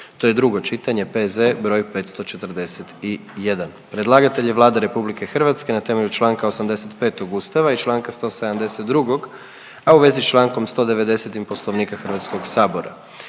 osobe, drugo čitanje, P.Z. br. 541. Predlagatelj je Vlada Republike Hrvatske na temelju članka 85. Ustava i članka 172. a u vezi sa člankom 190. Poslovnika Hrvatskog sabora.